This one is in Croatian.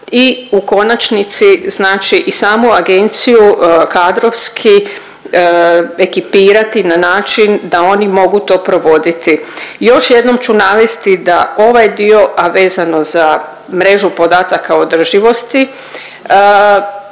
i u konačnici znači i samu agenciju kadrovski ekipirati na način da oni mogu to provoditi. Još jednom ću navesti da ovaj dio, a vezano za mrežu podataka održivosti,